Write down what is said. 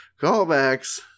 Callbacks